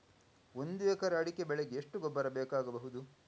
ಒಂದು ಎಕರೆ ಅಡಿಕೆ ಬೆಳೆಗೆ ಎಷ್ಟು ಗೊಬ್ಬರ ಬೇಕಾಗಬಹುದು?